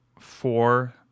four